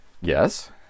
yes